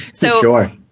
Sure